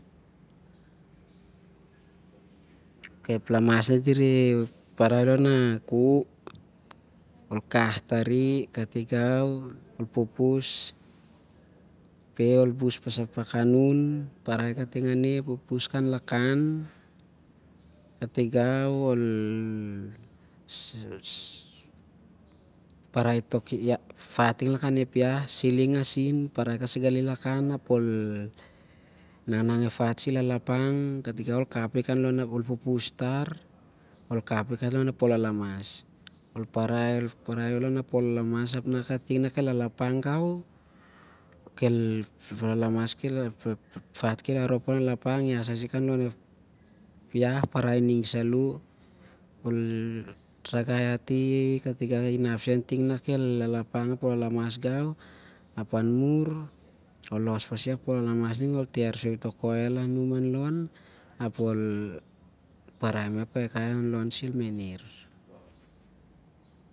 Ep lamas na diredh parai lon akuk, ol kah tari, katigau ol pupus, ap ol bus pasa pakan un- kating aneh, u puplus kanlakan, katigau, ol. parai tok fat ting lakan ep iah ap ol parai kasai gali lakan ap ol nangnang ep fat na i lalapang ap katigau ol kapi kan- lon ap ol pupus tar apol kap- i- kanlon a polon lama ol parai lona polon lamas ap nah kating na i lalapang gau. kel fat kel lalapang irop an lon. ap ol ias- aisi kan lon ep iah, parai ning saloh ap ol ragai ati tuksen ting na i lalapang a polon lamas gau. Api an mur, ol los pasi a polon lamas ning ap ol ter soi num ap wel an- lon ap ol parai mah ep kaikai lon a polon lamas na ki mene'r.